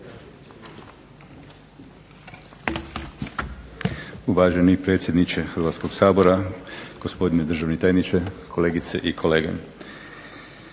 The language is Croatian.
Poštovani predsjedniče Hrvatskog sabora, državni tajniče, kolegice i kolege.